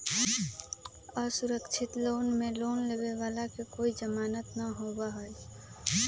असुरक्षित लोन में लोन लेवे वाला के कोई जमानत न होबा हई